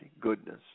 goodness